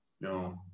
no